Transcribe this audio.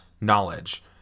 knowledge